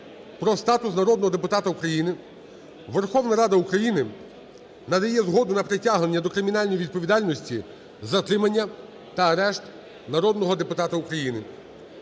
"Про статус народного депутата України" Верховна Рада України надає згоду на притягнення до кримінальної відповідальності, затримання та арешт народного депутата України.